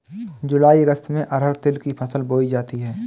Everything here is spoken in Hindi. जूलाई अगस्त में अरहर तिल की फसल बोई जाती हैं